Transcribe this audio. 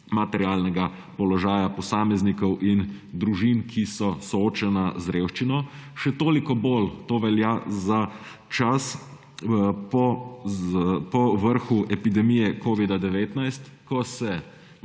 materialnega položaja posameznikov in družin, ki so soočena z revščino. Še toliko bolj to velja za čas po vrhu epidemije covida-19, ko se